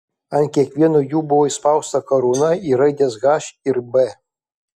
ant kiekvieno jų buvo įspausta karūna ir raidės h ir b